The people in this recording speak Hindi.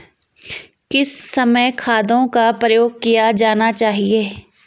किस समय खादों का प्रयोग किया जाना चाहिए?